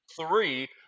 three